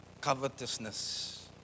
Covetousness